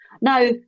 Now